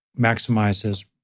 maximizes